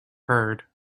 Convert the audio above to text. heard